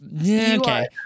Okay